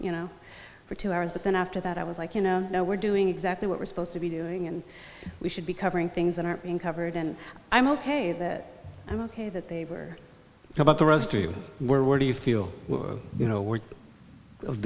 you know for two hours but then after that i was like you know we're doing exactly what we're supposed to be doing and we should be covering things that aren't being covered and i'm ok that i'm ok that they were about the rescue were do you feel you know were of